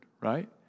right